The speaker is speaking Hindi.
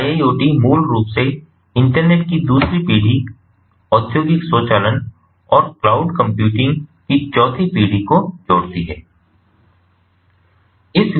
तो IIoT मूल रूप से इंटरनेट की दूसरी पीढ़ी औद्योगिक स्वचालन और क्लाउड कंप्यूटिंग की चौथी पीढ़ी को जोड़ती है